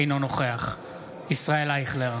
אינו נוכח ישראל אייכלר,